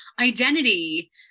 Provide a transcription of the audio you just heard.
identity